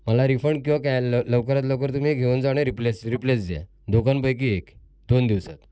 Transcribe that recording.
मला रिफंड किंवा लवकरात लवकर तुम्ही घेऊन जा आणि रिप्लेस रिप्लेस द्या दोघांपैकी एक दोन दिवसात